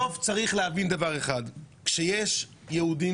בסוף צריך להבין דבר אחד: כשיש יהודים